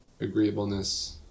agreeableness